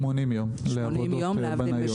80 יום לעבודות בנאיות.